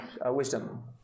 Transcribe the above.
Wisdom